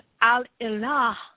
Al-Ilah